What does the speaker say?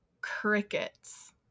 crickets